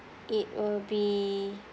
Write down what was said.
it will be